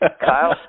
Kyle